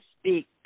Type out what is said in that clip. speak